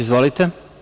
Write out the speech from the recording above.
Izvolite.